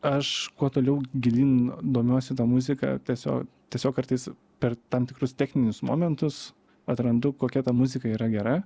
aš kuo toliau gilyn domiuosi ta muzika tiesio tiesiog kartais per tam tikrus techninius momentus atrandu kokia ta muzika yra gera